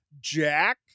Jack